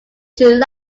july